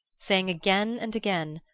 saying again and again,